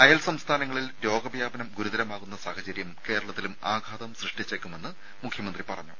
അയൽ സംസ്ഥാനങ്ങളിൽ രോഗവ്യാപനം ഗുരുതരമാകുന്ന സാഹചര്യം കേരളത്തിലും ആഘാതം സൃഷ്ടിച്ചേക്കുമെന്ന് മുഖ്യമന്ത്രി പറഞ്ഞു